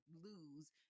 lose